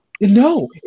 No